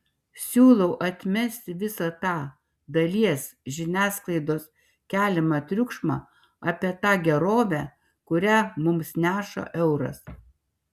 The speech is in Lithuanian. siūlau atmesti visą tą dalies žiniasklaidos keliamą triukšmą apie tą gerovę kurią mums neša euras